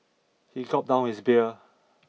he gulped down his beer